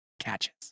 catches